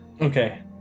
Okay